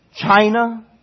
China